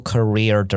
Career